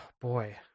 boy